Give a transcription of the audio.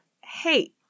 Hey